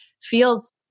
feels